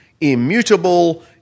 immutable